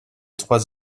trois